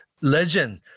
legend